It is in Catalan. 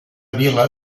vil·la